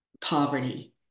poverty